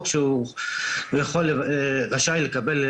אני יכולה להגיד משהו בינתיים?